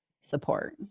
support